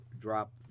drop